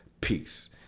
peace